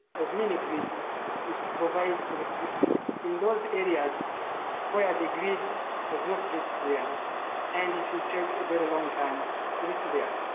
of mini grids is to provide electricity in those areas where the grid has not reached there and it will take a very long time to reach there.